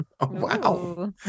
Wow